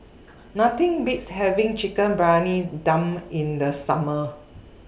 Nothing Beats having Chicken Briyani Dum in The Summer